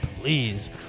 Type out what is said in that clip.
please